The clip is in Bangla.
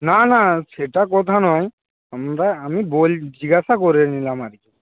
না না সেটা কথা নয় আমরা আমি জিজ্ঞাসা করে নিলাম আর কি